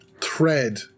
thread